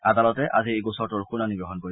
আদালতে আজি এই গোচৰটোৰ শুনানী গ্ৰহণ কৰিব